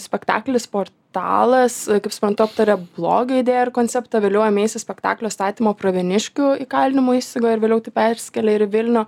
spektaklis portalas kaip suprantu aptaria blogio idėją ir konceptą vėliau ėmeisi spektaklio statymo pravieniškių įkalinimo įstaigoje ir vėliau tai persikelia ir į vilnių